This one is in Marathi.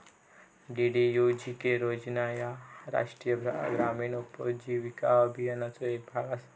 डी.डी.यू.जी.के योजना ह्या राष्ट्रीय ग्रामीण उपजीविका अभियानाचो येक भाग असा